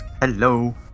Hello